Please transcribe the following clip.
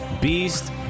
beast